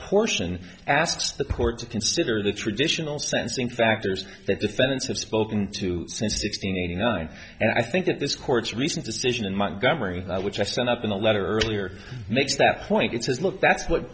portion asks the court to consider the traditional sense in factors that defendants have spoken to since sixteen eighty nine and i think that this court's recent decision in montgomery which i stand up in a letter earlier makes that point it says look that's what